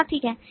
ग्राहक ठीक है